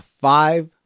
five